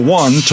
one